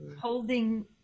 holding